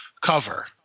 cover